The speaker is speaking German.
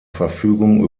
verfügung